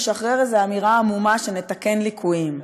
לשחרר איזו אמירה עמומה ש"נתקן ליקויים".